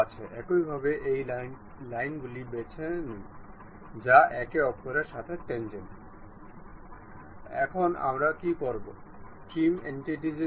আপনি এখানে দেখতে পারেন এই বলটি এটিতে যেতে পারে